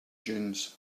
dunes